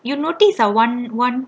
you notice ah one one